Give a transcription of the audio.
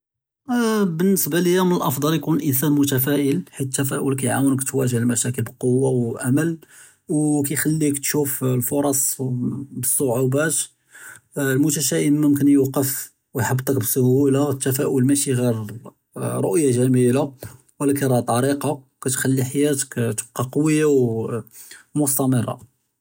בִּנְסְבַּה לִיָא מִן אַלְאַפְדַל יְקוּן אִנְסָאן מֻתְפַאֲל חֵית אֶתְתַפַאֲל כּיַעְוּנְק תְּוַאגְּה אֶלְמַשָאכִ'ל בְּקֻוַּה וְאֻמֶל וְכּיַחְלִיק תְּשׁוּף אֶלְפְּרְס מְמַם בֶּצְ'עוּבַּאת, אֶלְמֻתְשַאאֵם יְמוּכֶּן יְוַקֵּף וְיְחַבֵּטְךּ בִּסְהוּלָּה, אֶתְתַפַאֲל מַשִּי גִּיר רֻאוּיָה ג'מִילָה וּלָקִין רַאהּ תַרִיקָה כְּתְחַלִּי חַיַאתֶךּ תִּבְקִּי קֻוִּיָה וּמְסְתַמֵרָה.